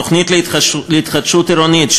תוכנית להתחדשות עירונית,